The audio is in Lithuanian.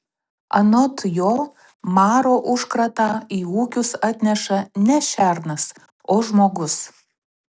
anot jo maro užkratą į ūkius atneša ne šernas o žmogus